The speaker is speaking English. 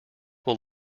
will